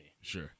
Sure